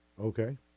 Okay